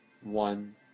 one